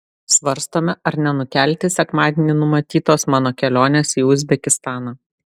svarstome ar nenukelti sekmadienį numatytos mano kelionės į uzbekistaną